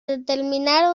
determinar